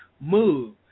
move